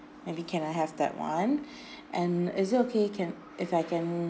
maybe can I have that one and is it okay can if I can